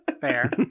Fair